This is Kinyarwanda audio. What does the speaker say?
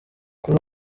kuri